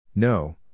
No